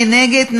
מי נגד?